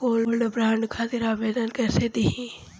Gold bond खातिर आवेदन कैसे दिही?